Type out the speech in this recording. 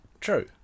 True